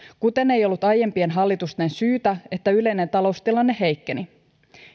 kuten ei ollut aiempien hallitusten syytä että yleinen taloustilanne heikkeni